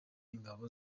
ingabo